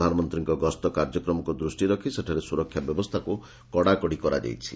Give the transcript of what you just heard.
ପ୍ରଧାନମନ୍ତ୍ରୀଙ୍କ ଗସ୍ତ କାର୍ଯ୍ୟକ୍ରମକୁ ଦୃଷ୍ଟିରେ ରଖି ସେଠାରେ ସୁରକ୍ଷା ବ୍ୟବସ୍ଥାକୁ କଡ଼ାକଡ଼ି କରାଯାଇଛି